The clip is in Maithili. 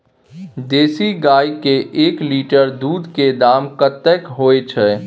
देसी गाय के एक लीटर दूध के दाम कतेक होय छै?